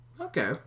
Okay